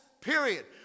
period